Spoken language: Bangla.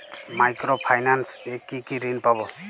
মাইক্রো ফাইন্যান্স এ কি কি ঋণ পাবো?